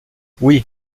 oui